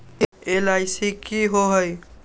LIC की होअ हई?